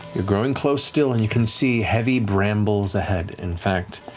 you're growing close still, and you can see heavy brambles ahead. in fact,